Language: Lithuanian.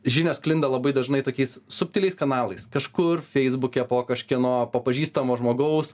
žinios sklinda labai dažnai tokiais subtiliais kanalais kažkur feisbuke po kažkieno po pažįstamo žmogaus